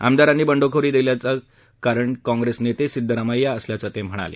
आमदारांनी बंडखोरी केल्याचं कारण काँग्रेस नेते सिद्दरामय्या असल्याचं ते म्हणाले